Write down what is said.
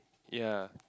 ya